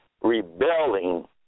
rebelling